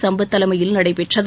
சம்பத் தலைமையில் நடைபெற்றது